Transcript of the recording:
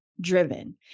driven